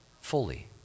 fully